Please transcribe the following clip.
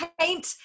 paint